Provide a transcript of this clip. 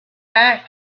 back